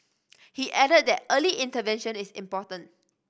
he added that early intervention is important